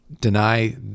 deny